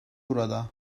burada